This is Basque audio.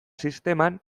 sisteman